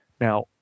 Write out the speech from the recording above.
Now